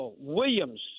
Williams